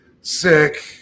sick